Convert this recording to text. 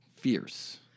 Fierce